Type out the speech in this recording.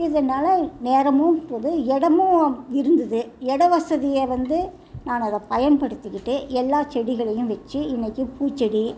இதனால நேரமும்போது இடமும் இருந்தது இட வசதியை வந்து நான் அதைப்பயன்படுத்திக்கிட்டு எல்லா செடிகளையும் வச்சி இன்னைக்கு பூச்செடி